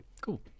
Cool